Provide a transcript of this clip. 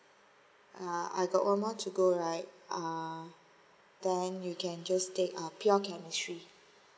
I got one more to go right uh then you can just take uh pure chemistry